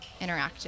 Interactive